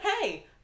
Hey